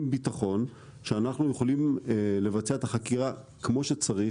ביטחון שאנחנו יכולים לבצע את החקירה כמו שצריך,